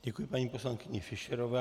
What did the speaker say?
Děkuji paní poslankyni Fischerové.